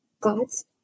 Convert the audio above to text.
god's